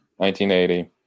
1980